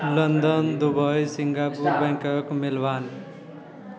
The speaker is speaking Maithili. London Dubai Singapore Bangkok Melbourne